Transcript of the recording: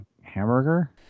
hamburger